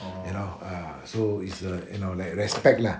you know ah so is err you know like respect lah